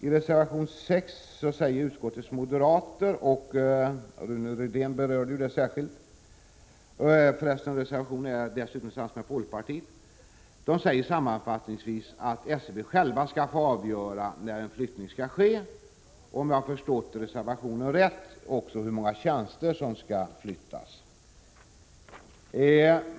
I reservation 6 uttalar utskottets moderater och folkpartister sammanfattningsvis, vilket särskilt berördes av Rune Rydén, att SCB självt skall få avgöra när flyttning skall ske och, om jag har förstått reservationen rätt, också hur många tjänster som skall flyttas.